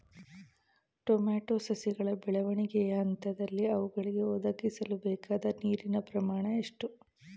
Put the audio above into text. Tomato ಸಸಿಗಳ ಬೆಳವಣಿಗೆಯ ಹಂತದಲ್ಲಿ ಅವುಗಳಿಗೆ ಒದಗಿಸಲುಬೇಕಾದ ನೀರಿನ ಪ್ರಮಾಣ ಎಷ್ಟು?